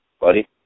buddy